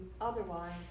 otherwise